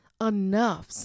enough